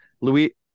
Louis